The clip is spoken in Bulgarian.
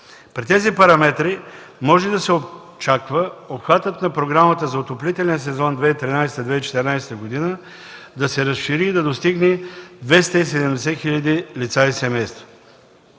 При тези параметри може да се очаква обхватът на програмата за отоплителен сезон 2013-2014 г. да се разшири и да достигне 270 хиляди лица и семейства.